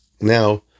now